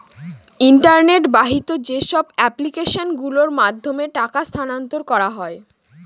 internet বাহিত যেসব application গুলোর মাধ্যমে টাকা স্থানান্তর করা হয়